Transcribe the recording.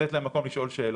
לתת להם מקום לשאול שאלות.